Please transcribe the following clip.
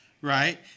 right